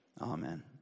Amen